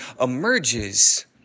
emerges